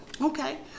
Okay